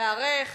להיערך,